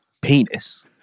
penis